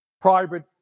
private